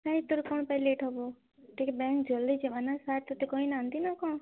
କାଇଁ ତୋର କ'ଣ ପାଇଁ ଲେଟ୍ ହେବ ଟିକେ ବ୍ୟାଙ୍କ ଜଲଦି ଯିବା ନା ସାର୍ ତତେ କହିନାହାନ୍ତି ନା କ'ଣ